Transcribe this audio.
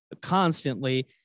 constantly